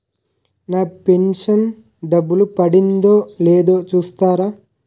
నా pension డబ్బులు పడిందో లేదో చూస్తారా?